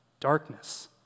Darkness